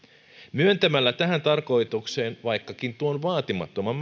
myöntämällä tähän tarkoitukseen määrärahan vaikkakin tuon vaatimattoman